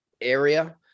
area